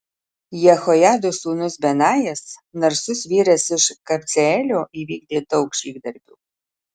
jehojados sūnus benajas narsus vyras iš kabceelio įvykdė daug žygdarbių